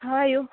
how R you